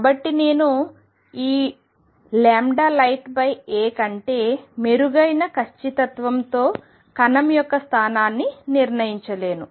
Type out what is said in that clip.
కాబట్టి నేను ఈ lighta కంటే మెరుగైన ఖచ్చితత్వంతో కణం యొక్క స్థానాన్ని నిర్ణయించలేను